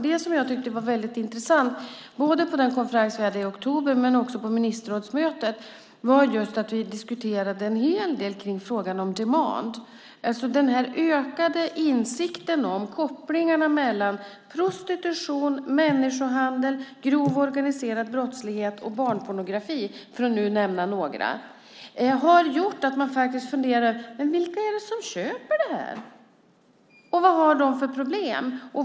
Det som jag tyckte var väldigt intressant, både på den konferens vi hade i oktober och även på ministerrådsmötet, var just att vi diskuterade en hel del kring frågan om demand. Den ökade insikten om kopplingarna mellan prostitution, människohandel, grov organiserad brottslighet och barnpornografi, för att nu nämna några, har gjort att man faktiskt funderar över vilka det är som köper det här. Vad har de för problem?